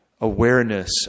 awareness